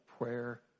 prayer